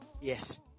Yes